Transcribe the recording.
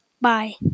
Bye